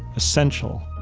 essential.